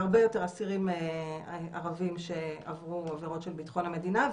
הרבה יותר אסירים ערבים שעברו עבירות של בטחון המדינה.